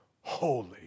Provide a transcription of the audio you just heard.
holy